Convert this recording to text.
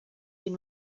been